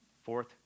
Fourth